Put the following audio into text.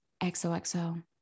XOXO